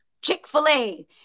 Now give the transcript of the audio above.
Chick-fil-A